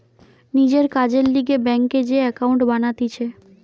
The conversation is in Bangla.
নিজের কাজের লিগে ব্যাংকে যে একাউন্ট বানাতিছে